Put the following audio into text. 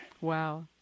Wow